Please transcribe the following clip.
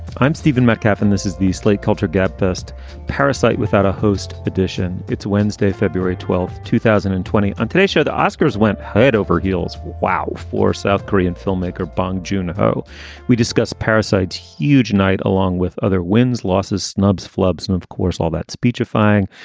i'm stephen metcalf and this is the slate culture gabfest parasyte without a host edition. it's wednesday, february twelfth, two thousand and twenty. on today's show, the oscars went head over heels. wow. for south korean filmmaker bong juninho, we discuss parasite's huge night along with other wins, losses, snubs, flubs and, of course, all that speechifying.